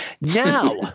Now